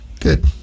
Good